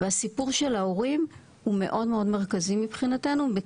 והסיפור של ההורים הוא מאוד מרכזי מבחינתנו.